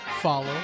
follow